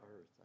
earth